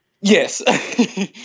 yes